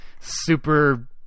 super